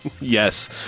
Yes